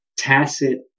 Tacit